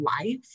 life